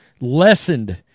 lessened